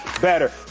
better